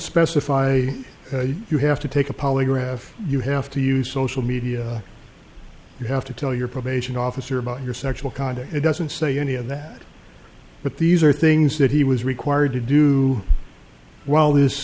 specify you have to take a polygraph you have to use social media you have to tell your probation officer about your sexual conduct it doesn't say any of that but these are things that he was required to do while this